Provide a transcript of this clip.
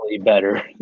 Better